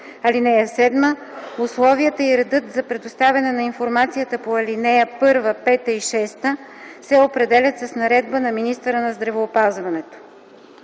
ал. 1. (7) Условията и редът за предоставяне на информацията по ал. 1, 5 и 6 се определят с наредба на министъра на здравеопазването.”